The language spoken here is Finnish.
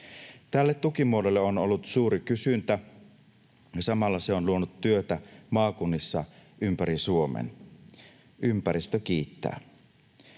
Tälle tukimuodolle on ollut suuri kysyntä, ja samalla se on luonut työtä maakunnissa ympäri Suomen. Ympäristö kiittää.